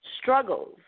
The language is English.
struggles